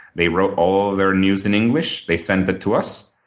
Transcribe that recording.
they wrote all of their news in english. they sent it to us,